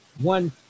one